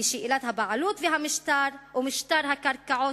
כי שאלת הבעלות והמשטר ומשטר הקרקעות